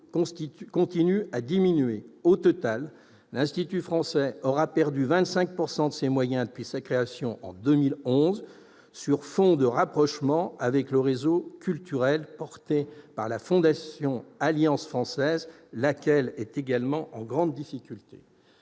continuent de diminuer. Au total, l'Institut français aura perdu 25 % de ses moyens depuis sa création en 2011, sur fond de rapprochement avec le réseau culturel porté par la Fondation Alliance française, laquelle est également en grande difficulté.